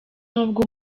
n’ubwo